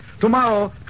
Tomorrow